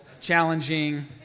challenging